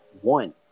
one